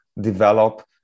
develop